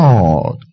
God